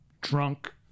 drunk